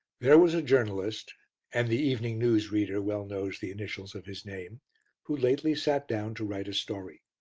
there was a journalist and the evening news reader well knows the initials of his name who lately sat down to write a story.